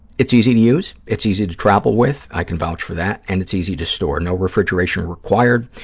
it's easy to use. it's easy to travel with. i can vouch for that. and it's easy to store, no refrigeration required.